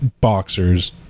boxers